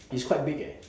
it's quite big eh